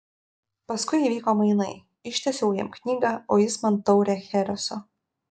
paskui įvyko mainai ištiesiau jam knygą o jis man taurę chereso